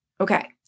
Okay